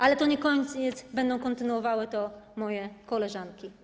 Ale to nie koniec, będą kontynuowały to moje koleżanki.